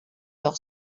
doch